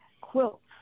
quilts